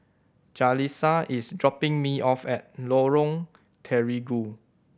Jalisa is dropping me off at Lorong Terigu